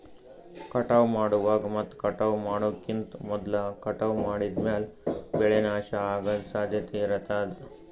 ಕಟಾವ್ ಮಾಡುವಾಗ್ ಮತ್ ಕಟಾವ್ ಮಾಡೋಕಿಂತ್ ಮೊದ್ಲ ಕಟಾವ್ ಮಾಡಿದ್ಮ್ಯಾಲ್ ಬೆಳೆ ನಾಶ ಅಗದ್ ಸಾಧ್ಯತೆ ಇರತಾದ್